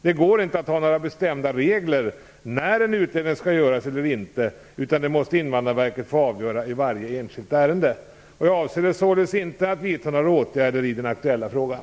Det går inte att ha några bestämda regler för när en utredning skall göras eller inte, utan det måste Invandrarverket få avgöra i varje enskilt ärende. Jag avser således inte att vidta några åtgärder i den aktuella frågan.